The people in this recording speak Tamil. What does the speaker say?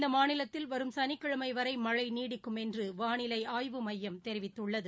இந்தமாநிலத்தில் வரும் சனிக்கிழமைவரைமழைநீடிக்கும் என்றுவானிலைஆய்வு மையம் தெரிவித்துள்ளது